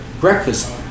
breakfast